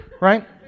right